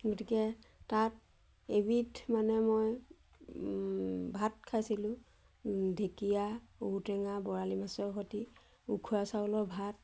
গতিকে তাত এবিধ মানে মই ভাত খাইছিলোঁ ঢেকীয়া ঔটেঙা বৰালি মাছৰ সৈতে উখোৱা চাউলৰ ভাত